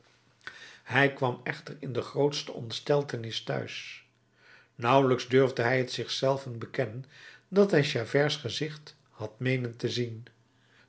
hij kwam echter in de grootste ontsteltenis te huis nauwelijks durfde hij t zich zelven bekennen dat hij javerts gezicht had meenen te zien